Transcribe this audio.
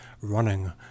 running